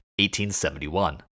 1871